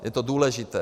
Je to důležité.